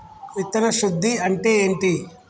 విత్తన శుద్ధి అంటే ఏంటి?